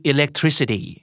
Electricity